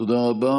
תודה רבה.